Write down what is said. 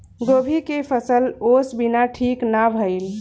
गोभी के फसल ओस बिना ठीक ना भइल